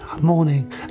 Morning